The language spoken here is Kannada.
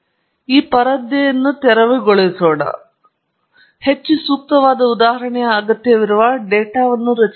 ಸ್ಲೈಡ್ ಟೈಮ್ ಅನ್ನು ನೋಡಿ 1853 ಆದ್ದರಿಂದ ಇಲ್ಲಿ ಪರದೆಯನ್ನು ತೆರವುಗೊಳಿಸೋಣ ಮತ್ತು ಹೆಚ್ಚು ಸೂಕ್ತವಾದ ಉದಾಹರಣೆಯ ಅಗತ್ಯವಿರುವ ಡೇಟಾವನ್ನು ರಚಿಸೋಣ